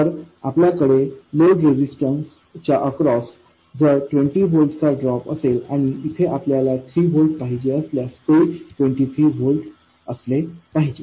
तर आपल्याकडे लोड रेझिस्टरच्या अक्रॉस जर 20 व्होल्ट चा ड्रॉप असेल आणि येथे आपल्याला 3 व्होल्ट्स पाहिजे असल्यास ते 23 व्होल्ट असले पाहिजे